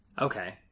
Okay